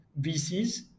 VCs